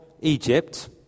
Egypt